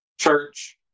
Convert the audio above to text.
church